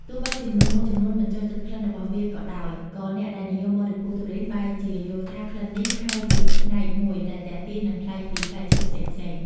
ទោះបីជាមនុស្សមួយចំនួនមិនចូលចិត្តក្លិនរបស់វាក៏ដោយ ក៏អ្នកដែលនិយមបរិភោគទុរេនបែរជាយល់ថាក្លិននេះហើយជាផ្នែកមួយដែលទាក់ទាញនិងប្លែកពីផ្លែឈើផ្សេងៗ។